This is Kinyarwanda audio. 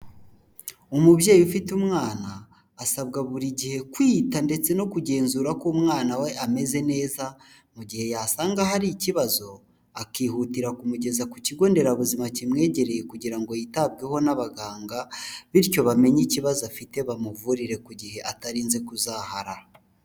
Umubyeyi ufite umwana asabwa buri gihe kwita ndetse no kugenzura ko umwana we ameze neza, mu gihe yasanga hari ikibazo akihutira kumugeza ku kigo nderabuzima kimwegereye kugira ngo yitabweho n'abaganga bityo bamenye ikibazo afite bamuvurire ku gihe atarinze kuzahara.